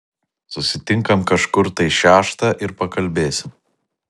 susitinkam kažkur tai šeštą ir pakalbėsim